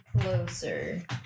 closer